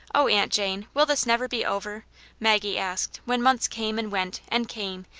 oh, aunt jane! will this never be over maggie asked, when months came and went and came,